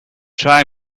try